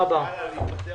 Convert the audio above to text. הישיבה ננעלה בשעה